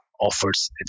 offers